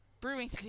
brewing